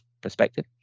perspective